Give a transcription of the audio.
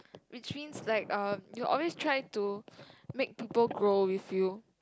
which means like um you are always trying to make people grow you feel